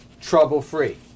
trouble-free